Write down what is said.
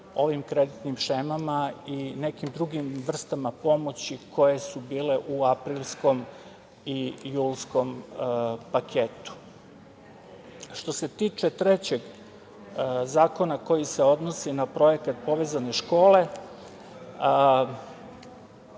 ovim konkretnim šemama i nekim drugim vrstama pomoći koje su bile u aprilskom i julskom paketu. Što se tiče trećeg zakona koji se odnosi na projekat „Povezane škole“,